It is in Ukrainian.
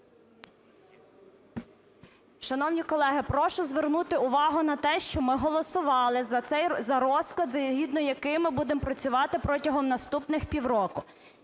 Шановні колеги, прошу звернути увагу на те, що ми голосували за розклад, згідно з яким ми будемо працювати протягом наступних півроку.